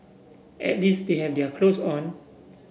at least they have their clothes on